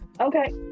okay